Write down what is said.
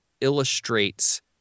illustrates